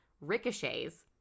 ricochets